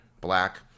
black